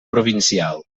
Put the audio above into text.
provincial